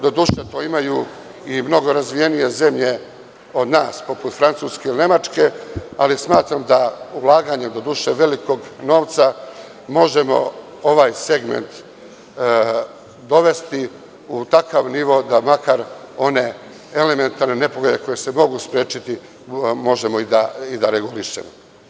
Doduše to imaju i mnogo razvijenije zemlje od nas poput Francuske ili Nemačke, ali smatram da ulaganjem, doduše, velikog novca možemo ovaj segment dovesti u takav nivo da makar one elementarne nepogode koje se mogu sprečiti možemo i da regulišemo.